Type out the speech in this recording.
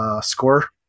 score